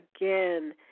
again